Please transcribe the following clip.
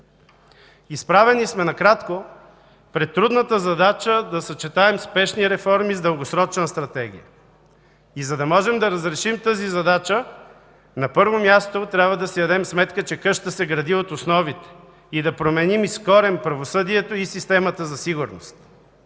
Изправени сме, накратко, пред трудната задача да съчетаем спешни реформи с дългосрочна стратегия. За да можем да разрешим тази задача, на първо място – трябва да си дадем сметка, че къща се гради от основите, и да променим из корен правосъдието и системата за сигурност,